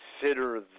consider